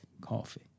coffee